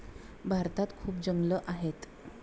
भारतात खूप जंगलं आहेत